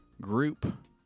group